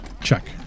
Check